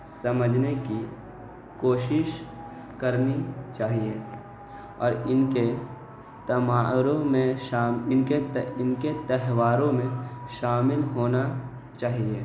سمجھنے کی کوشش کرنی چاہیے اور ان کے تماروں میں ان کے ان کے تہواروں میں شامل ہونا چاہیے